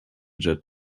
jet